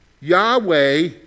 Yahweh